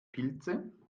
pilze